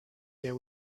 year